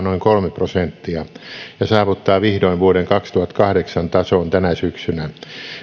noin kolme prosenttia ja saavuttaa vihdoin vuoden kaksituhattakahdeksan tason tänä syksynä